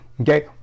Okay